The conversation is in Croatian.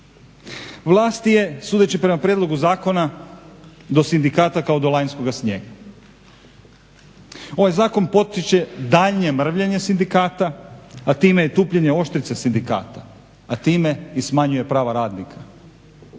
Vlast je sudeći prema prijedlogu zakona do sindikata kao do lanjskoga snijega. Ovaj zakon potiče daljnje mrvljenje sindikata, a time i tupljenje oštrice sindikata, a time i smanjuje prava radnika.